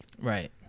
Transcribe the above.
Right